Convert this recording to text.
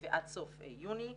ועד סוף יוני,